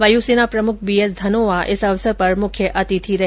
वायुसेना प्रमुख बीएस धनोआ इस अवसर पर मुख्य अतिथि रहे